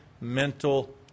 mental